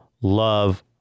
love